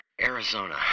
Arizona